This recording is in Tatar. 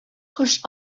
кош